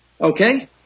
Okay